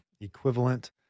equivalent